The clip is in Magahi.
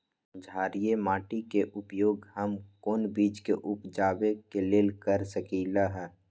क्षारिये माटी के उपयोग हम कोन बीज के उपजाबे के लेल कर सकली ह?